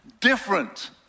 different